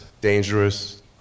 dangerous